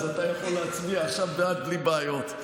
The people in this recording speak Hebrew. אז אתה יכול להצביע עכשיו בעד בלי בעיות.